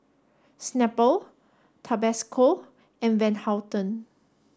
Snapple Tabasco and Van Houten